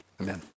amen